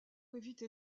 éviter